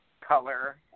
color